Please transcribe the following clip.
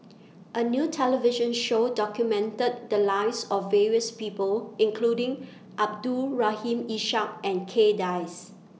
A New television Show documented The Lives of various People including Abdul Rahim Ishak and Kay Das